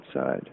outside